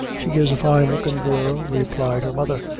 she is a fine lookin' girl, replied her mother,